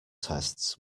tests